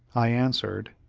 i answered,